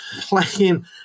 playing